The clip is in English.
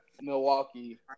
Milwaukee